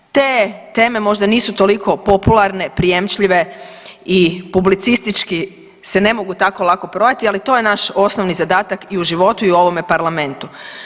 Te teme možda nisu toliko popularne, prijemčljive i publicistički se ne mogu tako lako prodati, ali to je naš osnovni zadatak i u životu i u ovome Parlamentu.